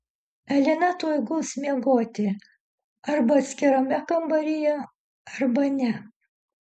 elena tuoj guls miegoti arba atskirame kambaryje arba ne